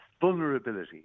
vulnerability